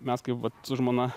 mes kaip vat su žmona